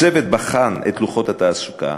הצוות בחן את לוחות התעסוקה,